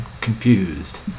confused